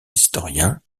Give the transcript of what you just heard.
historiens